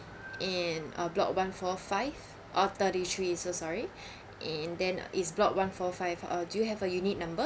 in uh block one four five oh thirty three so sorry and then is block one four five uh do you have a unit number